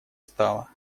стала